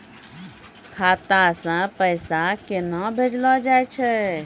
खाता से पैसा केना भेजलो जाय छै?